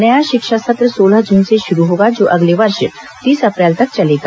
नया शिक्षा सत्र सोलह जून से शुरू होगा जो अगले वर्ष तीस अप्रैल तक चलेगा